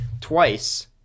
twice